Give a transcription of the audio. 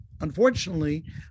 Unfortunately